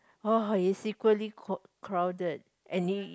oh it's equally crow crowded and you